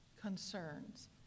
concerns